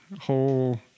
whole